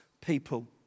people